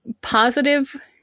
positive